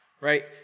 right